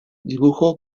dibujo